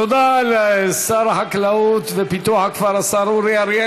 תודה לשר החקלאות ופיתוח הכפר השר אורי אריאל.